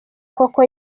koko